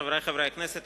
חברי חברי הכנסת,